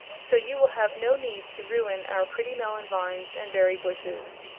so you will have no need to ruin our pretty melon vines and berry bushes.